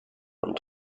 und